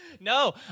No